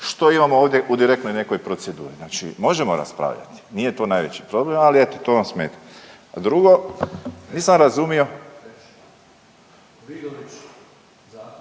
što imamo ovdje u direktnoj nekoj proceduri. Znači možemo raspravljati, nije to najveći problem, ali eto to vam smeta. A drugo, nisam razumio